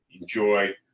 Enjoy